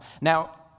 Now